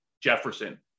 Jefferson